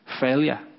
failure